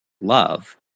love